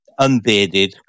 unbearded